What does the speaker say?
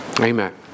Amen